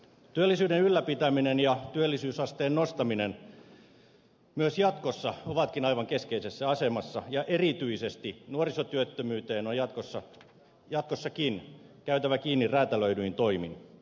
työllisyyden ylläpitäminen ja työllisyysasteen nostaminen myös jatkossa ovatkin aivan keskeisessä asemassa ja erityisesti nuorisotyöttömyyteen on jatkossakin käytävä kiinni räätälöidyin toimin